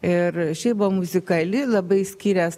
ir šiaip buvo muzikali labai skirias